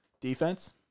Defense